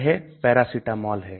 यह Paracetamol है